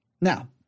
Now